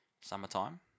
summertime